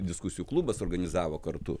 diskusijų klubas organizavo kartu